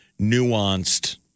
nuanced